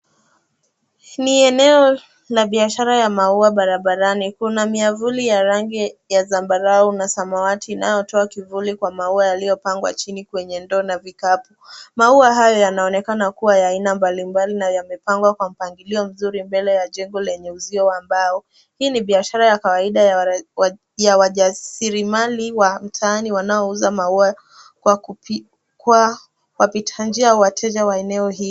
Ni eneo la biashara ya maua barabarani. Kuna miavuli ya rangi ya zambarau na samawati inayotoa kivuli kwa maua yaliyopangwa chini kwenye ndoo na vikapu. Maua hayo yanaonekana kuwa ya aina mbalimbali na yamepangwa kwa mpangilio mzuri mbele ya jengo lenye uzio wa mbao. Hii ni biashara ya kawaida ya wajasirimali wa mtaani wanaouza maua kwa wapita njia wateja wa eneo hii.